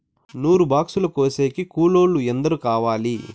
నూరు బాక్సులు కోసేకి కూలోల్లు ఎందరు కావాలి?